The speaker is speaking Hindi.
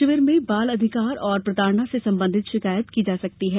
शिविर में बाल अधिकर व प्रताड़ना से संबंधित शिकायत की जा सकती है